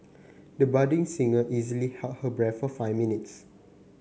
the budding singer easily held her breath for five minutes